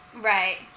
Right